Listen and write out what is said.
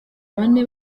bane